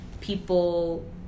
people